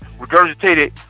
regurgitated